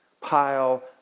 pile